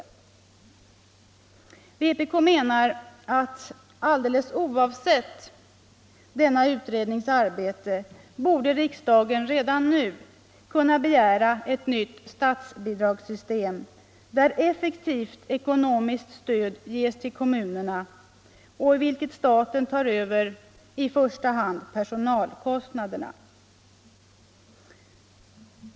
Vpk menar att alldeles oavsett denna utrednings arbete borde riksdagen redan nu kunna begära ett nytt statsbidragssystem, där effektivt ekonomiskt stöd ges till kommunerna och i vilket staten tar över i första hand personalkostnaderna.